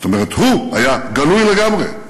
זאת אומרת, הוא היה גלוי לגמרי,